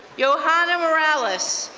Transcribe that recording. johana miralis,